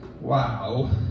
Wow